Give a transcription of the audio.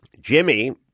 Jimmy